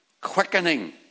quickening